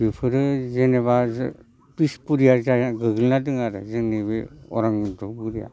बेफोरो जेनेबा पिसपरिया जायगा गोग्लैना दङ आरो जोंनि बे अरां उदालगुरिया